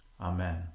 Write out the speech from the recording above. Amen